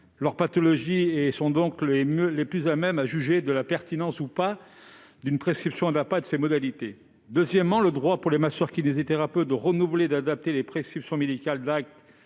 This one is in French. leur maladie et qui sont les plus aptes à juger de la pertinence d'une prescription d'APA et de ses modalités. Deuxièmement, le droit pour les masseurs-kinésithérapeutes de renouveler et d'adapter les prescriptions médicales d'actes